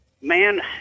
man